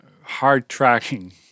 hard-tracking